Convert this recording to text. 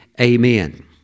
amen